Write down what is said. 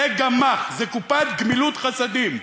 זה גמ"ח, זו קופת גמילות חסדים.